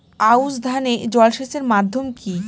আউশ ধান এ জলসেচের মাধ্যম কি?